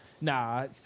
Nah